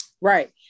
Right